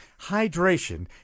hydration